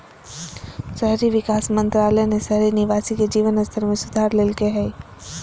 शहरी विकास मंत्रालय ने शहरी निवासी के जीवन स्तर में सुधार लैल्कय हइ